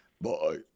Bye